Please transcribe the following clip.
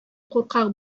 куркак